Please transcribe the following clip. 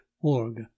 org